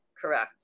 Correct